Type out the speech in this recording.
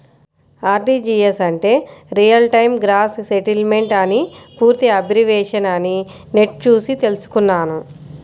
RTGS అంటే real time gross settlement అని పూర్తి అబ్రివేషన్ అని నెట్ చూసి తెల్సుకున్నాను